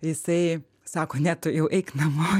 jisai sako ne tu jau eik namo